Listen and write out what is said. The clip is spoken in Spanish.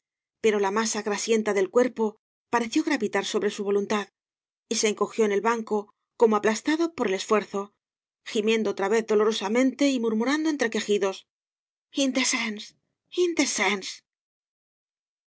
pero la masa grasicnta del cuerpo pareció gravitar sobre su voluntad y se encogió en el banco como aplastado por el esfuerzo gimiendo otra vez dolorosamente y murmurando entre quejidos